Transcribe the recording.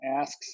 asks